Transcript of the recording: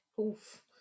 Oof